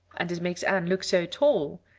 and it makes anne look so tall.